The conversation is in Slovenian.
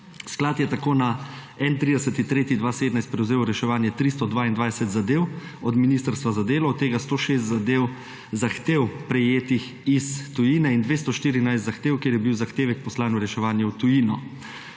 Sklad je tako 31. marca 2017 prevzel v reševanje 322 zadev od Ministrstva za delo, od tega 106 zahtev prejetih iz tujine in 214 zahtev, kjer je bil zahtevek poslan v reševanje v tujino.